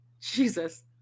Jesus